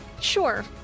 sure